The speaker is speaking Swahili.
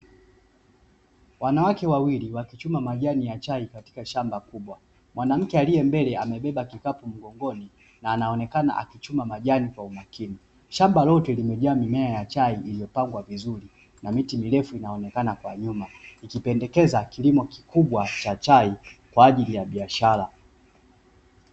Wanawake wawili wakichuma majani ya chai katika shamba kubwa, mwanamke aliye mbele amebeba kikapu mgongoni na anaonekana akichuma majani kwa umakini. Shamba lote limejaa mimea ya chai iliyopangwa vizuri na miti mirefu ikionekana kwa nyuma, ikipendekeza kilimo kikubwa cha chai kwa ajili ya biashara.